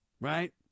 Right